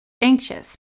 anxious